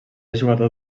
jugador